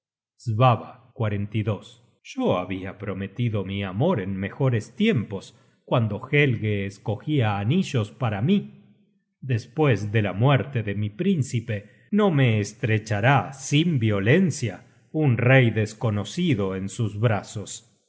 este jóven príncipe svava yo habia prometido mi amor en mejores tiempos cuando helge escogia anillos para mí despues de la muerte de mi príncipe no me estrechará sin violencia un rey desconocido en sus brazos